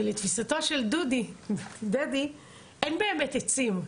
ולתפיסתו של דדי, אין באמת עצים.